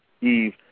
Eve